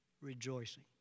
Rejoicing